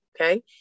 Okay